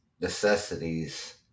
necessities